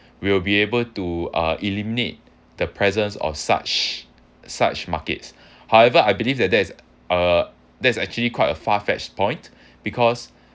we'll be able to uh eliminate the presence of such such markets however I believe that there is uh that's actually quite a far fetched point because